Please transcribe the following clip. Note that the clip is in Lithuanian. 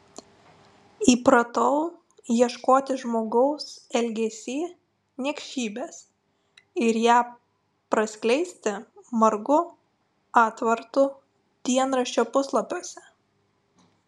įpratau ieškoti žmogaus elgesy niekšybės ir ją praskleisti margu atvartu dienraščio puslapiuose